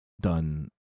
done